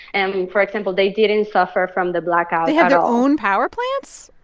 and for example, they didn't suffer from the blackout they have their own power plants?